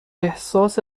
احساس